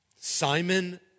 Simon